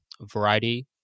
variety